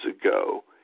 ago